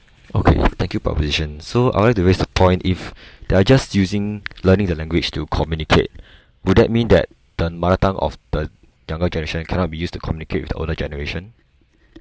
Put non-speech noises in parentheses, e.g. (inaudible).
okay thank you proposition so I want to raise a point if they're just using learning the language to communicate (breath) would that mean that the mother tongue of the younger generation cannot be used to communicate with older generation